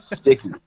sticky